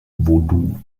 vaudou